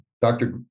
Dr